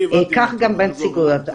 כך גם בנציגויות,